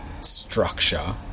structure